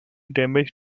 damaged